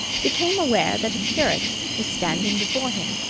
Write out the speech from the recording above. became aware that a curate was standing before him,